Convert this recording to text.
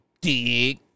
dick